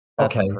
Okay